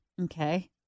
Okay